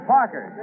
Parker